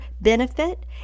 benefit